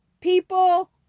people